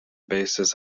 basis